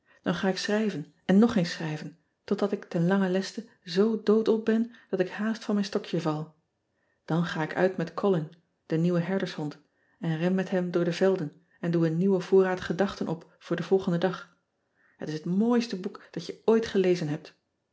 an ga ik schrijven en nogeens schrijven totdat ik ten langen leste zoo doodop ben dat ik haast van mijn stokje val an ga ik uit met ollin de nieuwe herdershond en ren met hem door de velden en doe een nieuwen voorraad gedachten op voor den volgenden dag et is het mooiste boek dat je ooit gelezen hebt